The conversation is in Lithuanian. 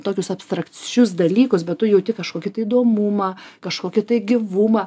tokius abstrakčius dalykus bet tu jauti kažkokį tai įdomumą kažkokį tai gyvumą